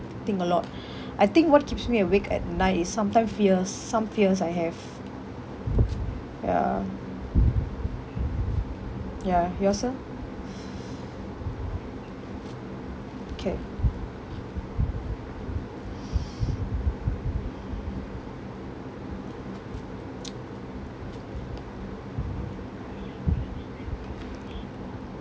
think a lot I think what keeps me awake at night is sometime fears some fears I have ya yourself K